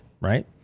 right